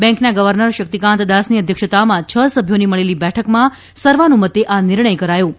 બેન્કના ગવર્નર શક્તિકાંત દાસની અધ્યક્ષતામાં છ સભ્યોની મળેલી બેઠકમાં સર્વાનુમતે આ નિર્ણય કરાયો હતો